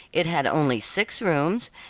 it had only six rooms,